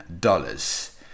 dollars